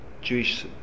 Jewish